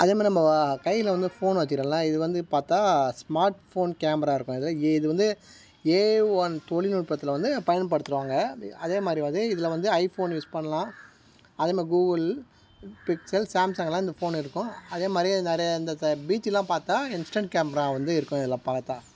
அதே மாதிரி நம்ம கையில் வந்து ஃபோன் வச்சிருக்கோம்ல இது வந்து பார்த்தா ஸ்மார்ட் ஃபோன் கேமரா இருக்கும் இதில் இது வந்து ஏஒன் தொழில் நுட்பத்தில் வந்து பயன்படுத்திடுவாங்க மி அதே மாதிரி வந்து இதில் வந்து ஐஃபோன் யூஸ் பண்ணலாம் அதே மாதிரி கூகுள் பிக்சல் சாம்சங்குலாம் இந்த ஃபோன் இருக்கும் அதே மாதிரியே நிறைய இந்த த பீச்சிலலாம் பார்த்தா இன்ஸ்டன்ட் கேமரா வந்து இருக்கும் இதில் பார்த்தா